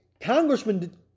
Congressman